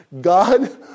God